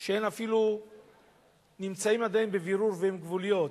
שאפילו נמצאות עדיין בבירור והן גבוליות.